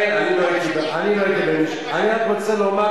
באמת רוצה למחות